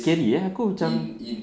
scary eh aku macam